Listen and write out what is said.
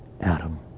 Adam